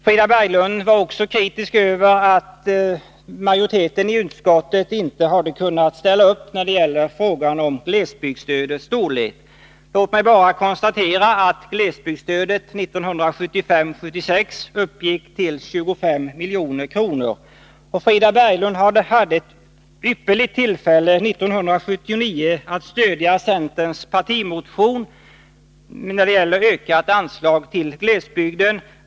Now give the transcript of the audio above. Frida Berglund var också kritisk över att majoriteten i utskottet inte kunnat ställa upp när det gäller frågan om glesbygdsstödets storlek. Låt mig bara konstatera att glesbygdsstödet 1975/76 uppgick till 25 milj.kr. Frida Berglund hade 1979 ett utomordentligt tillfälle att stödja centerns partimotion om ökat anslag till glesbygden.